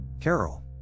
Carol